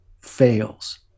fails